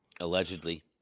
Allegedly